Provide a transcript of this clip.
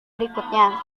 berikutnya